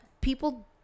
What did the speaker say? people